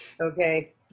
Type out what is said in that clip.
Okay